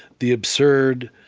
the absurd,